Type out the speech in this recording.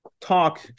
talk